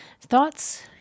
Thoughts